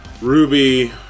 Ruby